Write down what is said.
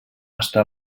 està